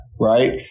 right